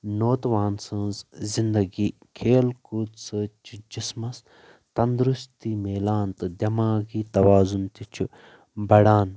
نوتِوان سٕنٛز زندگی کھیل کوٗد سۭتۍ چھِ جِسمس تندرُستی مِلان تہٕ دیٚماگی توازن تہِ چھُ بڑان